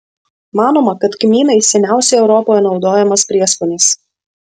manoma kad kmynai seniausiai europoje naudojamas prieskonis